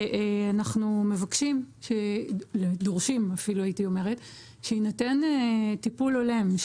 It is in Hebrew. אנחנו דורשים שיינתן טיפול הולם.